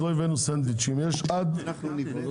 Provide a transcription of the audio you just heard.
אנחנו נעשה